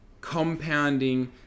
compounding